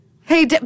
hey